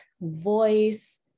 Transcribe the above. voice